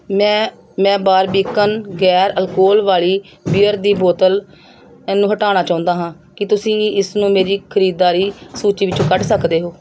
ਮੈਂ ਮੈਂ ਬਾਰਬੀਕਨ ਗੈਰ ਅਲਕੋਹਲ ਵਾਲੀ ਬੀਅਰ ਦੀ ਬੋਤਲ ਇਹਨੂੰ ਹਟਾਉਣਾ ਚਾਹੁੰਦਾ ਹਾਂ ਕੀ ਤੁਸੀਂ ਇਸਨੂੰ ਮੇਰੀ ਖਰੀਦਦਾਰੀ ਸੂਚੀ ਵਿੱਚੋਂ ਕੱਢ ਸਕਦੇ ਹੋ